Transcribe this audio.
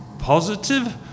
Positive